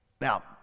Now